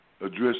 address